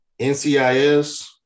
NCIS